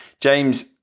James